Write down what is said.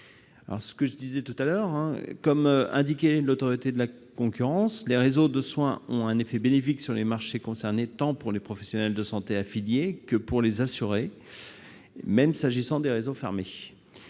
la profession concernée. Comme l'indique l'Autorité de la concurrence, les réseaux ont un effet bénéfique sur les marchés concernés, tant pour les professionnels de santé affiliés que pour les assurés, même s'agissant des réseaux fermés.